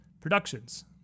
productions